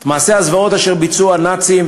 את מעשי הזוועות אשר עשו הנאצים,